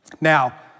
Now